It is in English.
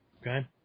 Okay